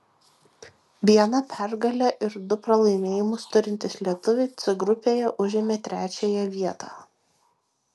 vieną pergalę ir du pralaimėjimus turintys lietuviai c grupėje užėmė trečiąją vietą